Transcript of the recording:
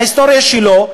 מההיסטוריה שלו,